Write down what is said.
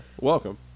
Welcome